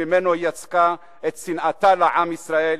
שממנו היא יצקה את שנאתה לעם ישראל,